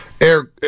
Eric